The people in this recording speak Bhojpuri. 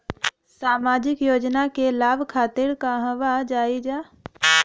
सामाजिक योजना के लाभ खातिर कहवा जाई जा?